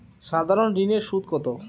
সাধারণ ঋণের সুদ কত?